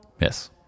Yes